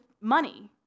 money